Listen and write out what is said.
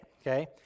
okay